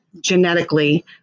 genetically